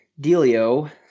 Delio